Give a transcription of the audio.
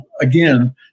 again